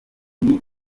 intego